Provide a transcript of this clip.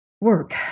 Work